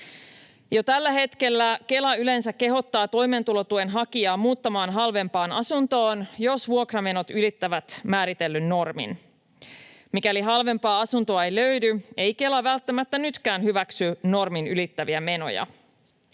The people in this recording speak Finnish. Jo tällä hetkellä Kela yleensä kehottaa toimeentulotuen hakijaa muuttamaan halvempaan asuntoon, jos vuokramenot ylittävät määritellyn normin. Mikäli halvempaa asuntoa ei löydy, ei Kela välttämättä nytkään hyväksy normin ylittäviä menoja.